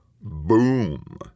boom